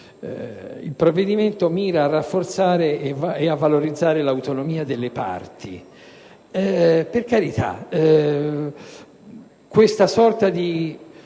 il provvedimento mira a rafforzare e a valorizzare l'autonomia delle parti. Per carità, questa sorta di